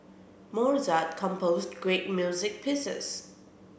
Mozart composed great music pieces